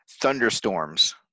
Thunderstorms